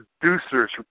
producers